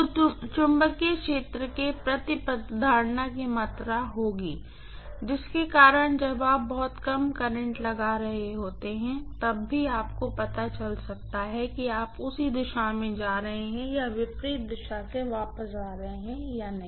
तो चुंबकीय क्षेत्र के कुछ प्रतिधारण की मात्रा होगी जिसके कारण जब आप बहुत कम करंट लगा रहे होते हैं तब भी आपको पता चल सकता है कि आप उसी दिशा में जा रहे हैं या विपरीत दिशा में वापस आ रहे हैं या नहीं